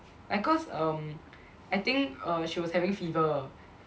like cause um I think err she was having fever